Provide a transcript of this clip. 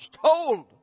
told